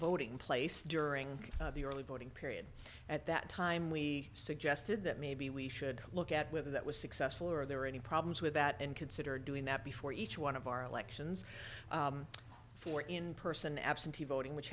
voting place during the early voting period at that time we suggested that maybe we should look at whether that was successful or are there any problems with that and consider doing that before each one of our elections for in person absentee voting which